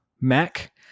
Mac